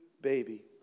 baby